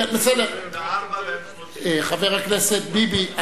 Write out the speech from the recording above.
הם 24 והם 30. חבר הכנסת ביבי,